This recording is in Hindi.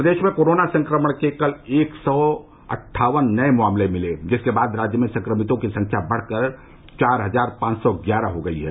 प्रदेश में कोरोना संक्रमण के कल एक सौ अट्ठावन नए मामले मिले जिसके बाद राज्य में संक्रमितों की संख्या बढ़कर चार हजार पांच सौ ग्यारह हो गई है